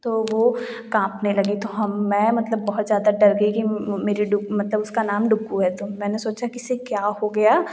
तो वह कांपने लगी तो हम मैं मतलब बहुत ज़्यादा डर गई कि मेरी डुक मतलब उसका नाम डूक्कू है तो मैंने सोचा कि इसे क्या हो गया